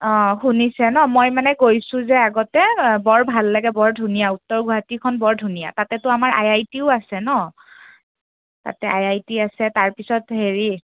অঁ শুনিছে ন মই মানে গৈছোঁ যে আগতে বৰ ভাল লাগে বৰ ধুনীয়া উত্তৰ গুৱাহাটীখন বৰ ধুনীয়া তাতেতো আমাৰ আই আই টিও আছে ন তাতে আই আই টি আছে তাৰপিছত হেৰি